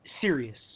serious